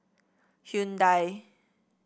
Hyundai